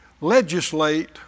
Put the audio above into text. legislate